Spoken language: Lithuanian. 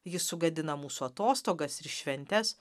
jis sugadina mūsų atostogas ir šventes